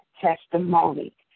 testimony